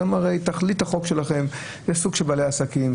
הרי תכלית החוק הזה היא לבעלי עסקים,